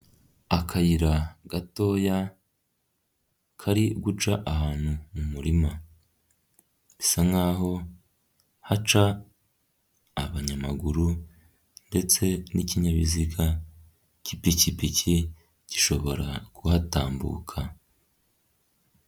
Akayira gatoya kari guca ahantu mu murima bisa nk'aho haca abanyamaguru ndetse n'ikinyabiziga k'ipikipiki gishobora kuhatambuka.